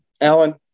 Alan